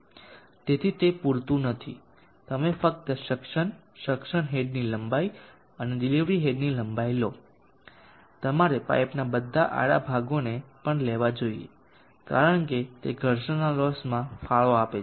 તેથી તે પૂરતું નથી તમે ફક્ત સક્શન સક્શન હેડની લંબાઈ અને ડિલિવરી હેડની લંબાઈ લો તમારે પાઇપના બધા આડા ભાગોને પણ લેવા જોઈએ કારણ કે તે ઘર્ષણના લોસમાં ફાળો આપે છે